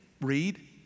read